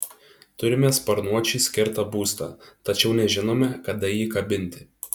turime sparnuočiui skirtą būstą tačiau nežinome kada jį kabinti